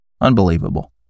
Unbelievable